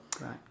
Right